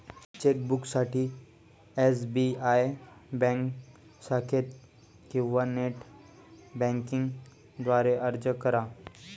चेकबुकसाठी SBI bank शाखेत किंवा नेट बँकिंग द्वारे अर्ज करा